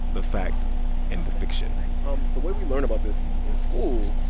the fact and the fiction um the way we learn about this in school,